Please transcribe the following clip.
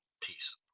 Peace